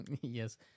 Yes